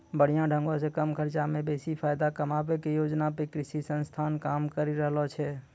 बढ़िया ढंगो से कम खर्चा मे बेसी फायदा कमाबै के योजना पे कृषि संस्थान काम करि रहलो छै